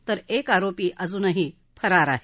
तर एक आरोपी अजूनही फरार आहे